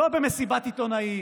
לא במסיבת עיתונאים,